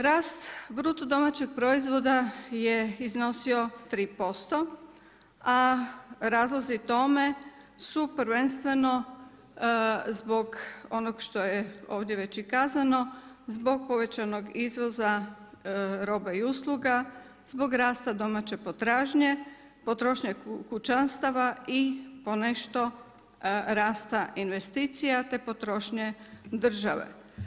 Rast bruto domaćeg proizvoda je iznosio 3%, a razlozi tome su prvenstveno zbog onog što je ovdje već i kazano, zbog povećanog izvoza roba i usluga, zbog rasta domaće potražnje, potrošnje kućanstava i ponešto rasta investicija, te potrošnje države.